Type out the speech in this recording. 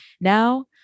Now